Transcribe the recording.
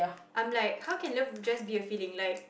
I'm like how can love just be a feeling I'm like